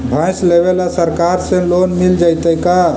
भैंस लेबे ल सरकार से लोन मिल जइतै का?